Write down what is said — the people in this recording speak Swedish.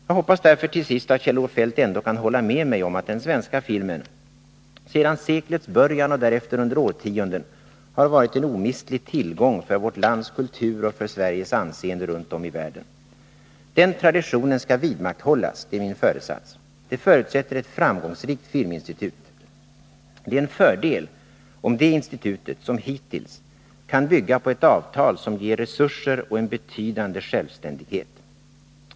Jag hoppas därför, till sist, att Kjell-Olof Feldt ändå kan hålla med mig om att den svenska filmen, sedan seklets början och därefter under årtionden, har varit en omistlig tillgång för vårt lands kultur och för Sveriges anseende runt om i världen. Den traditionen skall vidmakthållas, det är min föresats. Det förutsätter ett framgångsrikt Filminstitut. Det är en fördel om det institutet, som hittills, kan bygga på ett avtal som ger resurser och en betydande självständighet.